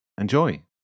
Enjoy